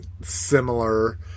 similar